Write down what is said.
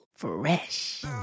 Fresh